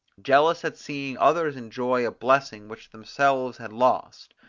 jealous at seeing others enjoy a blessing which themselves had lost.